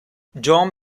john